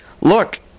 look